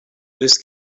this